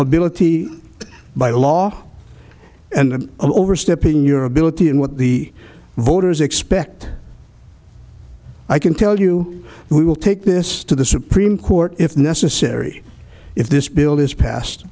ability by law and overstepping your ability and what the voters expect i can tell you we will take this to the supreme court if necessary if this bill is pas